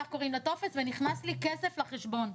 כך קוראים לטופס 'ונכנס לי כסף לחשבון.